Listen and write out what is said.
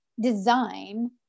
design